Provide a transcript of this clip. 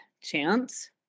chance